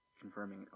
confirming